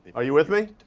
are you with me?